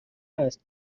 است